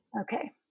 okay